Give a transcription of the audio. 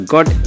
God